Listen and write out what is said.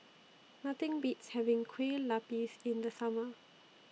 Nothing Beats having Kueh Lupis in The Summer